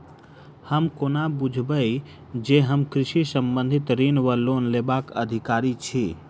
हम कोना बुझबै जे हम कृषि संबंधित ऋण वा लोन लेबाक अधिकारी छी?